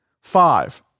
Five